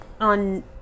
on